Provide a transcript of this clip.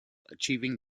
achieving